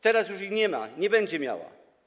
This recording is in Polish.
Teraz już ich nie ma, nie będzie miała.